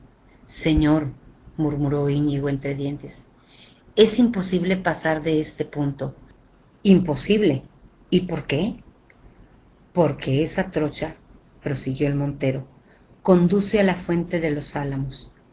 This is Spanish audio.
señor murmuró iñigo entre dientes es imposible pasar de este punto imposible y por qué porque esa trocha prosiguió el montero conduce á la fuente de los alamos